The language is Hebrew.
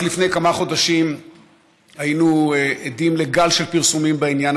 רק לפני כמה חודשים היינו עדים לגל של פרסומים בעניין